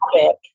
topic